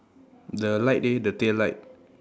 the light they the tail light